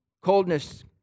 coldness